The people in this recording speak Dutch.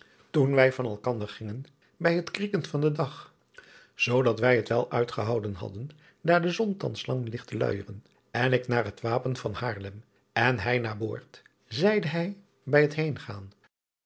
toen wij van elkander gingen bij het krieken van den dag zoodat wij het wel uitgehouden hadden daar de zon thans lang ligt te luijeren en ik naar het apen van aarlem en hij naar boord zeide hij bij het heengaan